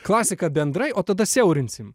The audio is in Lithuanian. klasika bendrai o tada siaurinsim